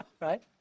right